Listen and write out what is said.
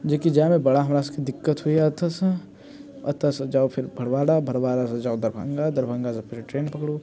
जेकि जायमे बड़ा हमरा सबकेँ दिक्कत होइया एतऽसँ एतऽ सँ जाउ फेर भरुअरा भरुअरासँ जाउ दरभङ्गा दरभङ्गासँ फेर ट्रेन पकड़ू